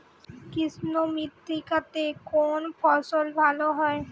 কৃষ্ণ মৃত্তিকা তে কোন ফসল ভালো হয়?